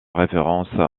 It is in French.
référence